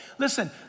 Listen